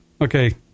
Okay